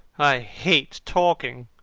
i hate talking.